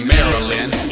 Maryland